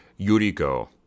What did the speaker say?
Yuriko